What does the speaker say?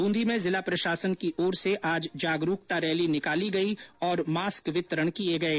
ब्रूदी में जिला प्रशासन की ओर से आज जागरूकता रैली निकाली गई और मास्क वितरण किये गये